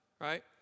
right